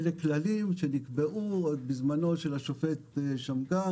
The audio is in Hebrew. אלה כללים שנקבעו עוד בזמנו של השופט שמגר